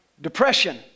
Depression